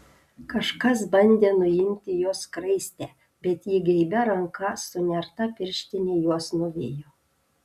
kažkas bandė nuimti jos skraistę bet ji geibia ranka su nerta pirštine juos nuvijo